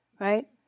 right